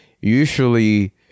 usually